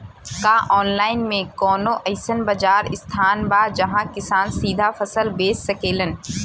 का आनलाइन मे कौनो अइसन बाजार स्थान बा जहाँ किसान सीधा फसल बेच सकेलन?